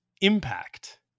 impact